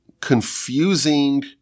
confusing